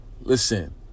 listen